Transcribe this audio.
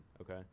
okay